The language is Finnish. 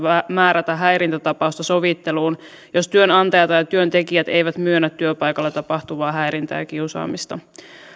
määrätä häirintätapausta sovitteluun jos työnantaja tai työntekijät eivät myönnä työpaikalla tapahtuvaa häirintää ja kiusaamista